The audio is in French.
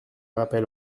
rappel